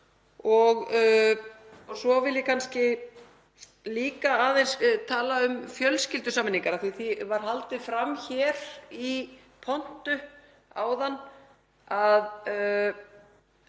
Svo vil ég líka aðeins tala um fjölskyldusameiningar, af því að því var haldið fram hér í pontu áðan að